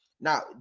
Now